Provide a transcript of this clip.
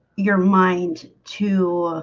your mind to